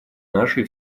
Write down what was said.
нашей